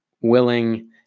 willing